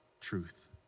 truth